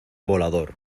volador